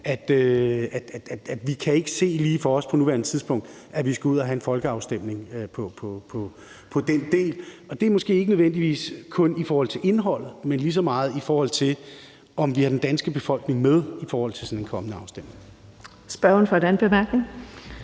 at vi ikke på nuværende tidspunkt kan se for os, at vi skal ud og have en folkeafstemning om den del. Det er måske ikke nødvendigvis kun i forhold til indholdet, men det er lige så meget, i forhold til om vi har den danske befolkning med med hensyn til sådan en kommende afstemning. Kl. 18:02 Den fg.